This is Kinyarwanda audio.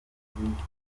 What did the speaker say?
brazzaville